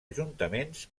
ajuntaments